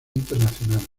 internacional